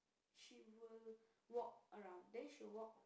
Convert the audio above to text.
she will walk around then she will walk